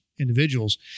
individuals